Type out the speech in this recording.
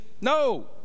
no